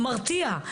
מרתיע.